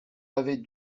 avait